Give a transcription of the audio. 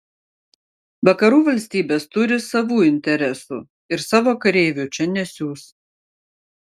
vakarų valstybės turi savų interesų ir savo kareivių čia nesiųs